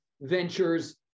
ventures